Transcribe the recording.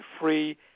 free